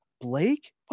blake